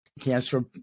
cancer